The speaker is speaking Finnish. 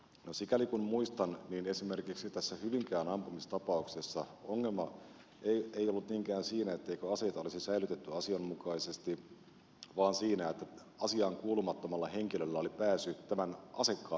no sikäli kuin muistan esimerkiksi tässä hyvinkään ampumistapauksessa ongelma ei ollut niinkään siinä ettei aseita olisi säilytetty asianmukaisesti vaan siinä että asiaankuulumattomalla henkilöllä oli pääsy tämän asekaapin avaimiin